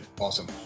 Awesome